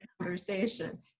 conversation